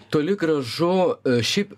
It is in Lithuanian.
toli gražu šiaip